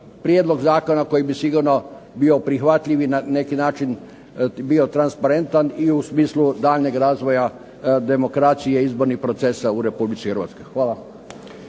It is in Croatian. prijedlog zakona koji bi sigurno bio prihvatljiv i na neki način bio transparentan, i u smislu daljnjeg razvoja demokracije i izbornih procesa u Republici Hrvatskoj. Hvala.